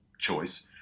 choice